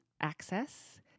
access